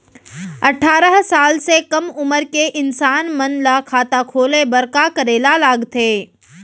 अट्ठारह साल से कम उमर के इंसान मन ला खाता खोले बर का करे ला लगथे?